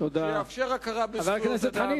שיאפשר הכרה בזכויות אדם,